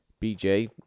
BJ